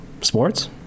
sports